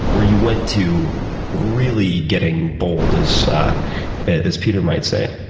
where you went to really getting bold, as as peter might say?